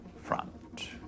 front